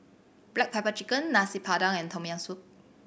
black pepper chicken Nasi Padang and Tom Yam Soup